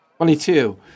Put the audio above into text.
22